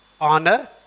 honor